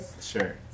Sure